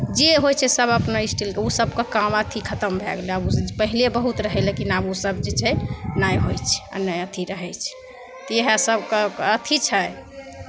जे होइ छै सभ स्टीलके सभके काम अथी खतम भए गेलै आब पहिले बहुत रहै लेकिन आब ओसभ जे छै नहि होइ छै आ नहि अथी रहै छै तऽ इएह सभके अथी छै